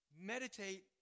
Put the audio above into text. meditate